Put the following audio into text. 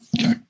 Okay